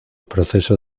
proceso